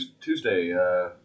Tuesday